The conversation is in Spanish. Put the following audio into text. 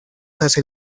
hace